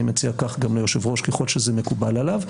אני מציע כך גם ליושב-ראש ככל שזה מקובל עליו,